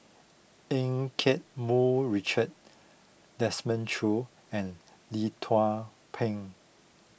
Eu Keng Mun Richard Desmond Choo and Lee Tzu Pheng